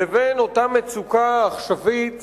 לבין אותה מצוקה עכשווית